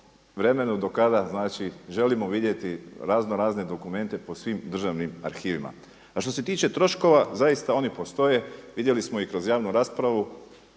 vremenu do kada, znači želimo vidjeti razno razne dokumente po svim državnim arhivima. A što se tiče troškova, zaista oni postoje. Vidjeli smo i kroz javnu raspravu